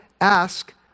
ask